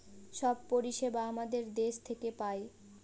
সব পরিষেবা আমাদের দেশ থেকে পায়